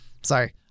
sorry